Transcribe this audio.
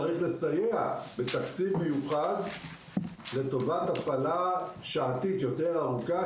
צריך לסייע בתקציב מיוחד לטובת הפעלה שעתית ארוכה יותר,